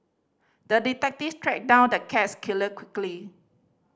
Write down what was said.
the detective tracked down the cats killer quickly